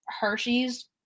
Hershey's